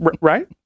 Right